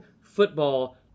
football